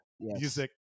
music